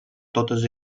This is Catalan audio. totes